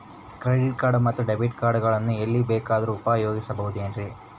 Credit card ಮತ್ತು debit card ಗಳನ್ನು ಎಲ್ಲಿ ಬೇಕಾದ್ರು ಉಪಯೋಗಿಸಬಹುದೇನ್ರಿ?